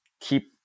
keep